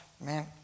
man